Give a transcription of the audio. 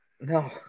no